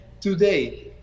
today